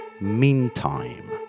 Meantime